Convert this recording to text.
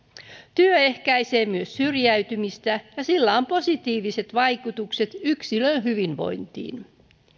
työ ehkäisee myös syrjäytymistä ja sillä on positiiviset vaikutukset yksilön hyvinvointiin